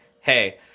Hey